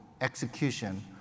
execution